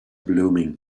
blooming